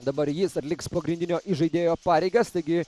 dabar jis atliks pagrindinio įžaidėjo pareigas taigi